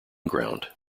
ground